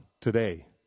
Today